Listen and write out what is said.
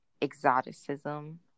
exoticism